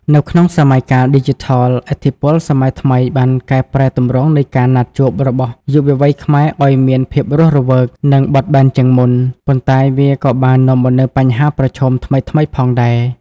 នៅក្នុងសម័យកាលឌីជីថល ឥទ្ធិពលសម័យថ្មីបានកែប្រែទម្រង់នៃការណាត់ជួបរបស់យុវវ័យខ្មែរឱ្យមានភាពរស់រវើក និងបត់បែនជាងមុន ប៉ុន្តែវាក៏បាននាំមកនូវបញ្ហាប្រឈមថ្មីៗផងដែរ។